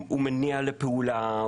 הוא מניע לפעולה,